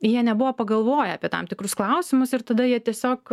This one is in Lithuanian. jie nebuvo pagalvoję apie tam tikrus klausimus ir tada jie tiesiog